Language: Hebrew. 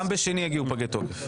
גם ביום שני יגיעו פגי תוקף.